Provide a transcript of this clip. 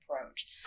approach